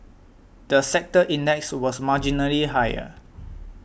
the sector index was marginally higher